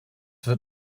wird